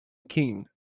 king